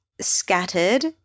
scattered